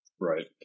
Right